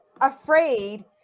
afraid